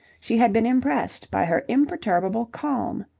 she had been impressed by her imperturbable calm.